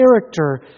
character